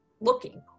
looking